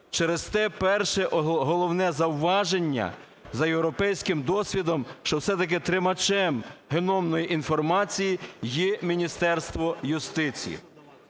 Через те перше, головне, зауваження за європейським досвідом, що все-таки тримачем геномної інформації є Міністерство юстиції.